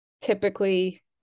typically